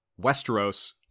Westeros